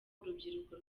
urubyiruko